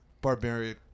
barbarian